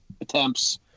attempts